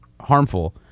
harmful